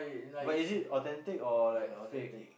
but is it authentic or like fake